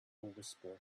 whisperer